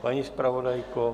Paní zpravodajko?